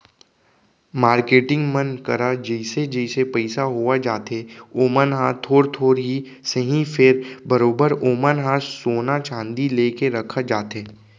marketing मन करा जइसे जइसे पइसा होवत जाथे ओमन ह थोर थोर ही सही फेर बरोबर ओमन ह सोना चांदी लेके रखत जाथे